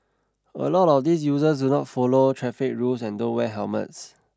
a lot of these users do not follow traffic rules and don't wear helmets